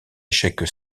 échec